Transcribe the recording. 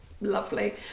lovely